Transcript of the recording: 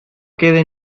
quede